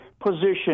position